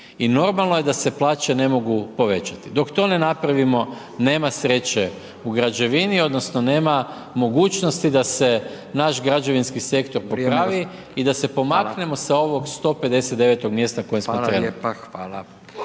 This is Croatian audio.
I normalno je da se plaće ne mogu povećati. Dok to ne napravimo, nema sreće u građevini, odnosno, nema mogućnosti, da se naš građevinski sektor popravi i da se pomaknemo sa ovog 159 mjesta na kojem smo trenutno.